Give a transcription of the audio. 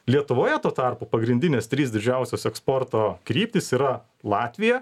lietuvoje tuo tarpu pagrindinės trys didžiausios eksporto kryptys yra latvija